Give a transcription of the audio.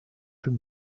from